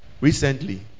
Recently